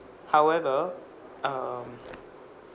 however um